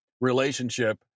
relationship